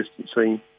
distancing